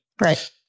Right